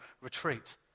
retreat